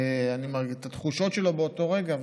את התחושות שלו באותו רגע,